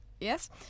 Yes